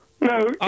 No